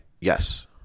Yes